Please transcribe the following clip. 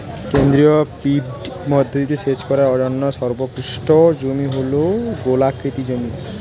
কেন্দ্রীয় পিভট পদ্ধতিতে সেচ করার জন্য সর্বোৎকৃষ্ট জমি হল গোলাকৃতি জমি